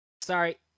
sorry